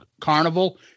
Carnival